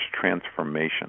transformation